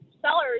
sellers